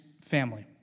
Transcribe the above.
family